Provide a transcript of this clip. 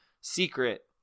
secret